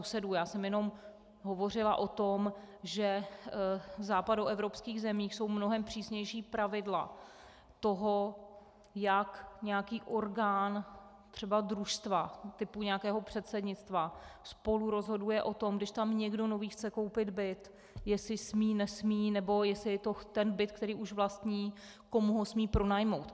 Já jsem jenom hovořila o tom, že v západoevropských zemích jsou mnohem přísnější pravidla toho, jak nějaký orgán třeba družstva, tipuji nějakého předsednictva, spolurozhoduje o tom, když tam někdo nový chce koupit byt, jestli smí, nesmí nebo jestli to je ten byt, který už vlastní, komu ho smí pronajmout.